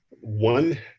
One